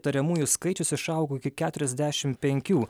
įtariamųjų skaičius išaugo iki keturiasdešimt penkių